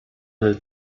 del